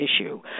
issue